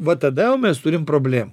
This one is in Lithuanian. va tada jau mes turim problemų